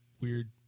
weird